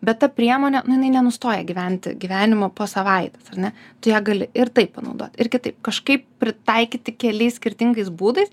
bet ta priemonė nu jinai nenustoja gyventi gyvenimo po savaitės ar ne tu ją gali ir taip panaudot ir kitaip kažkaip pritaikyti keliais skirtingais būdais